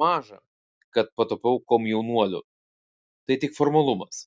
maža kad patapau komjaunuoliu tai tik formalumas